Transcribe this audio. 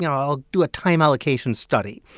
you know i'll do a time allocation study.